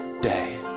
day